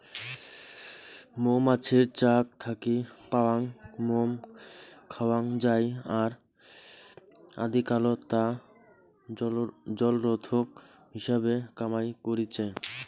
মৌমাছির চাক থাকি পাওয়াং মোম খাওয়াং যাই আর আদিকালত তা জলরোধক হিসাবে কামাই করিচে